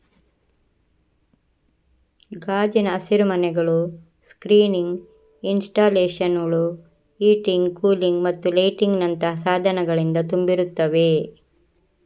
ಗಾಜಿನ ಹಸಿರುಮನೆಗಳು ಸ್ಕ್ರೀನಿಂಗ್ ಇನ್ಸ್ಟಾಲೇಶನುಳು, ಹೀಟಿಂಗ್, ಕೂಲಿಂಗ್ ಮತ್ತು ಲೈಟಿಂಗಿನಂತಹ ಸಾಧನಗಳಿಂದ ತುಂಬಿರುತ್ತವೆ